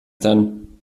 denn